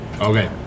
Okay